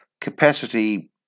Capacity